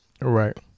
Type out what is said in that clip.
Right